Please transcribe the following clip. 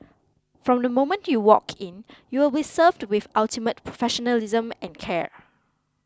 from the moment you walk in you will be served with ultimate professionalism and care